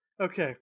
okay